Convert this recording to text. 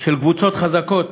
של קבוצות חזקות